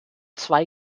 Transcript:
zwei